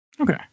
Okay